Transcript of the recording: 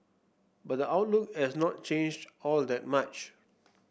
but the outlook has not changed all that much